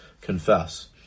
confess